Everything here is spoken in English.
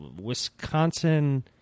Wisconsin